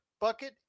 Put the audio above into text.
Bucket